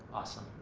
awesome.